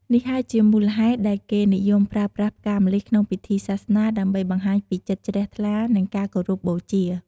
នេះហើយជាមូលហេតុដែលគេនិយមប្រើប្រាស់ផ្កាម្លិះក្នុងពិធីសាសនា ដើម្បីបង្ហាញពីចិត្តជ្រះថ្លា និងការគោរពបូជា។